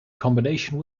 combination